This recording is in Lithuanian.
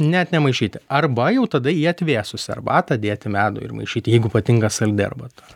net nemaišyti arba jau tada į atvėsusią arbatą dėti medų ir maišyti jeigu patinka saldi arbata